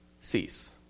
cease